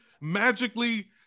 magically